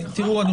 אחד